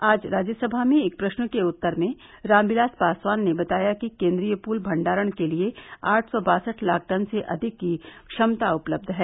आज राज्यसभा में एक प्रश्न के उत्तर में रामविलास पासवान ने बताया कि केन्द्रीय पूल भंडारण के लिए आठ सौ बासठ लाख टन से अधिक की क्षमता उपलब्ध है